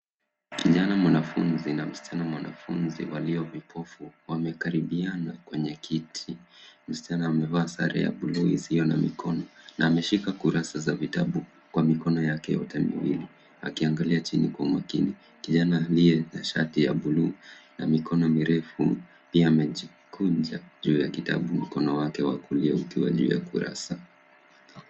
Kijana mwanafunzi na msichana mwanafunzi walio vipofu, wamekaribiana kwenye kiti. Msichana amevaa sare ya buluu isiyo na mikono na ameshika kurasa za vitabu kwa mikono yake yote miwili, akiangalia chini kwa makini. Kijana aliye na shati ya buluu ya mikono mirefu, pia amejikunja juu ya kitabu, mkono wake wa kulia ukiwa juu ya kurasa.